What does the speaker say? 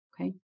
Okay